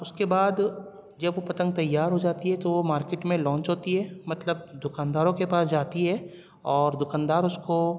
اس کے بعد جب وہ پتنگ تیار ہو جاتی ہے تو وہ مارکیٹ میں لانچ ہوتی ہے مطلب دکانداروں کے پاس جاتی ہے اور دکاندار اس کو